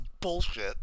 bullshit